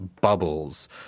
bubbles